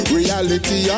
reality